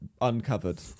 Uncovered